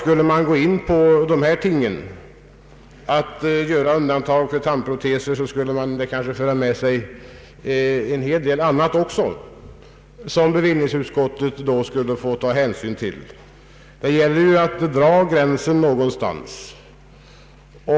Skulle man göra undantag för tandproteser, finge man också en hel del andra undantagsfall att ta ställning till i bevillningsutskottet. Det gäller att dra gränsen någonstans.